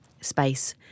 space